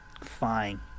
Fine